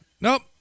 Nope